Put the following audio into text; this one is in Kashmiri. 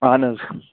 اہن حظ